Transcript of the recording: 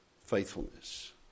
faithfulness